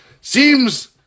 Seems